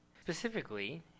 Specifically